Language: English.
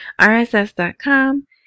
RSS.com